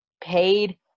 paid